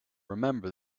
remember